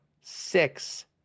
six